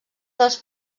dels